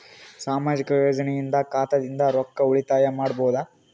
ಸಾಮಾಜಿಕ ಯೋಜನೆಯಿಂದ ಖಾತಾದಿಂದ ರೊಕ್ಕ ಉಳಿತಾಯ ಮಾಡಬಹುದ?